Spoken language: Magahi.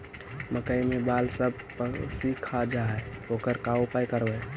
मकइ के बाल सब पशी खा जा है ओकर का उपाय करबै?